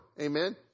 Amen